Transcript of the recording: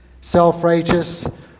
self-righteous